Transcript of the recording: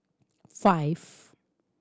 five